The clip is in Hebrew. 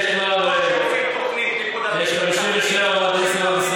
אתה צריך לאשר את התוכנית,